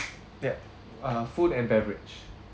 that uh food and beverage